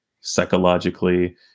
psychologically